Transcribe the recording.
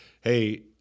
Hey